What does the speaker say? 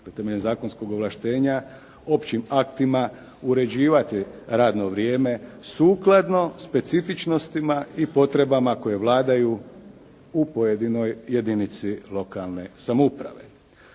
temeljem zakonskog ovlaštenja općim aktima uređivati radno vrijeme sukladno specifičnostima i potrebama koje vladaju u pojedinoj jedinici lokalne samouprave.